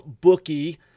bookie